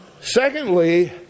Secondly